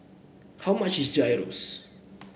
how much is Gyros